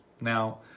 Now